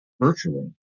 virtually